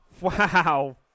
wow